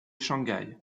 shanghai